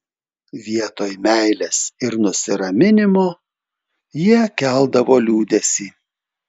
vietoj meilės ir nusiraminimo jie keldavo liūdesį